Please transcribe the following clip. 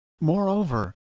Moreover